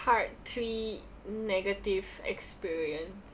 part three negative experience